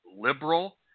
liberal